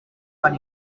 con